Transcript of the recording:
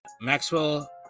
Maxwell